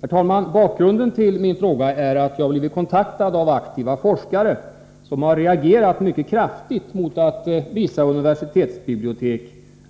Herr talman! Bakgrunden till min fråga är att jag blivit kontaktad av aktiva forskare, som har reagerat mycket kraftigt mot att vissa universitetsbibliotek